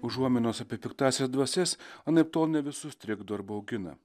užuominos apie piktąsias dvasias anaiptol ne visus trikdo ir baugina